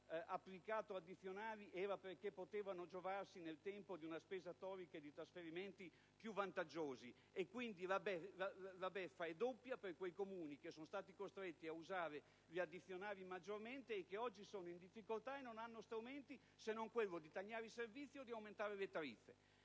abbiano fatto solo perché potevano giovarsi nel tempo di una spesa storica e di trasferimenti più vantaggiosi? Quindi, la beffa è doppia per quei Comuni che sono stati costretti ad usare maggiormente le addizionali e che oggi sono in difficoltà e non hanno strumenti se non quello di tagliare i servizi o di aumentare le tariffe.